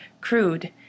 crude